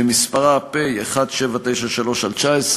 פ/1793/19,